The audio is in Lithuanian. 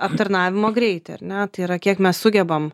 aptarnavimo greitį ar ne tai yra kiek mes sugebam